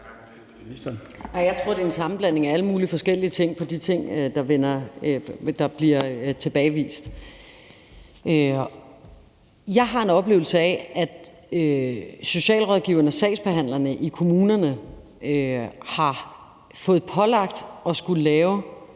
Jeg tror, det er en sammenblanding af alle mulige forskellige ting i forhold til det, der bliver tilbagevist. Jeg har en oplevelse af, at socialrådgiverne og sagsbehandlerne i kommunerne har fået pålagt at skulle lave